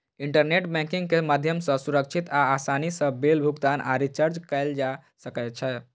internet banking के माध्यम सं सुरक्षित आ आसानी सं बिल भुगतान आ रिचार्ज कैल जा सकै छै